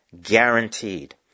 guaranteed